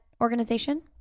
organization